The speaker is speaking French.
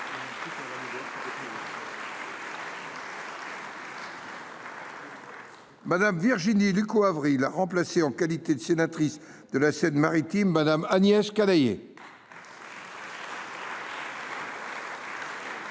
Mme Virginie Lucot Avril a remplacé, en qualité de sénatrice de la Seine Maritime, Mme Agnès Canayer,